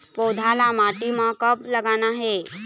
पौधा ला माटी म कब लगाना हे?